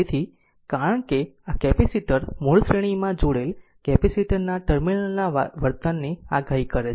તેથી કારણ કે આ કેપેસિટર મૂળ શ્રેણીમાં જોડેલ કેપેસિટર ના ટર્મિનલ વર્તનની આગાહી કરે છે